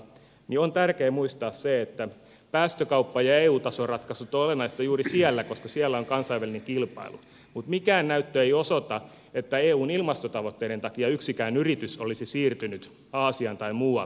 on tärkeää muistaa se että päästökauppa ja eu tason ratkaisut ovat olennaisia juuri siellä koska siellä on kansainvälinen kilpailu mutta mikään näyttö ei osoita että eun ilmastotavoitteiden takia yksikään yritys olisi siirtynyt aasiaan tai muualle